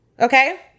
okay